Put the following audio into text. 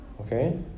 Okay